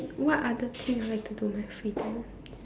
what other thing I like to do in my free time